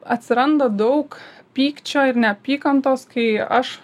atsiranda daug pykčio ir neapykantos kai aš